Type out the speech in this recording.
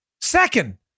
second